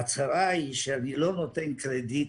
הצרה היא שאני לא נותן קרדיט